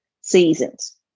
seasons